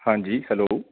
ਹਾਂਜੀ ਹੈਲੋ